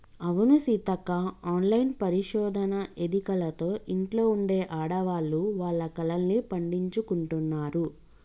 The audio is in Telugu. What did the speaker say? అవును సీతక్క ఆన్లైన్ పరిశోధన ఎదికలతో ఇంట్లో ఉండే ఆడవాళ్లు వాళ్ల కలల్ని పండించుకుంటున్నారు